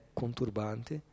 conturbante